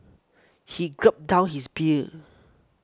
he gulped down his beer